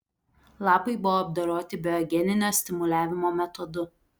lapai buvo apdoroti biogeninio stimuliavimo metodu